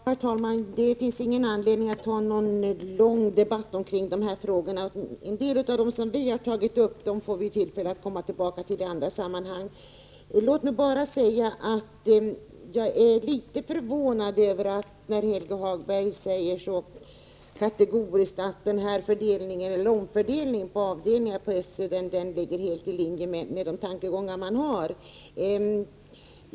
Herr talman! Det finns ingen anledning att ha någon lång debatt om de här frågorna. En del av dem som vi tagit upp får vi tillfälle att komma tillbaka till i andra sammanhang. Låt mig bara säga att jag är litet förvånad över att Helge Hagberg så kategoriskt säger att den här omfördelningen inom avdelningen inom SÖ ligger helt i linje med de tankegångar som finns.